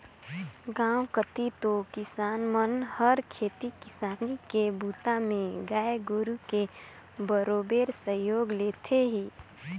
गांव कति तो किसान मन हर खेती किसानी के बूता में गाय गोरु के बरोबेर सहयोग लेथें ही